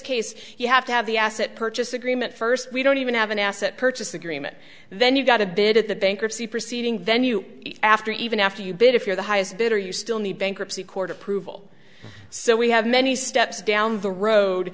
case you have to have the asset purchase agreement first we don't even have an asset purchase agreement then you've got to bid at the bankruptcy proceeding then you after even after you bid if you're the highest bidder you still need bankruptcy court approval so we have many steps down the road